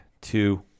two